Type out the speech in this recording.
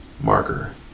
marker